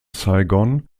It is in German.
saigon